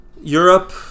Europe